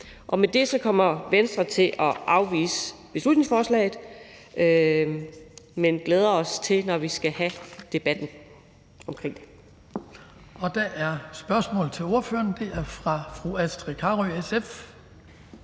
Med det kommer Venstre til at afvise beslutningsforslaget, men vi glæder os til at have debatten omkring det.